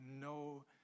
no